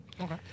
Okay